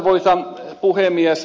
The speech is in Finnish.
arvoisa puhemies